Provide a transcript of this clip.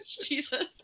jesus